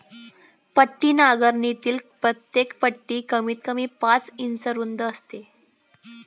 पट्टी नांगरणीतील प्रत्येक पट्टी कमीतकमी पाच इंच रुंद असते